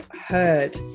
heard